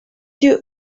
you